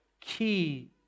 key